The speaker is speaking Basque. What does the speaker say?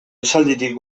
esalditik